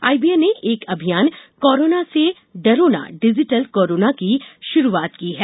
IBA ने एक अभियान कोरोना से डरोनां डिजिटल कोरोना की शुरूआत की है